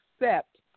accept